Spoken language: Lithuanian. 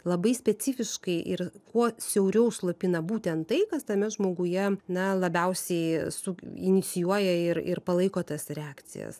labai specifiškai ir kuo siauriau užslopina būtent tai kas tame žmoguje na labiausiai su inicijuoja ir ir palaiko tas reakcijas